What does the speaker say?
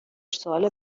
سوال